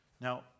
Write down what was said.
Now